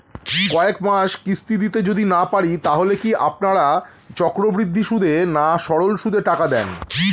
কয়েক মাস কিস্তি দিতে যদি না পারি তাহলে কি আপনারা চক্রবৃদ্ধি সুদে না সরল সুদে টাকা দেন?